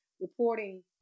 reporting